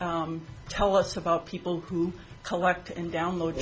s tell us about people who collect and download